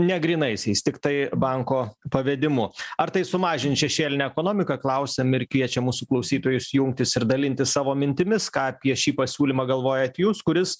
ne grynaisiais tiktai banko pavedimu ar tai sumažins šešėlinę ekonomiką klausiam ir kviečiam mūsų klausytojus jungtis ir dalintis tavo mintimis ką apie šį pasiūlymą galvojat jūs kuris